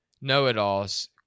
know-it-alls